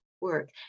work